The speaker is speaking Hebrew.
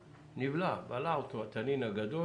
בלע אותו התנין הגדול.